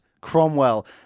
Cromwell